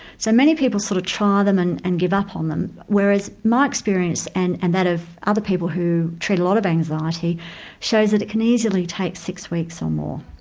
so many people sort of try them and and give up on them, whereas my experience and and that of other people who treat a lot of anxiety shows that it can easily take six weeks or more.